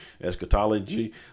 Eschatology